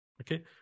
Okay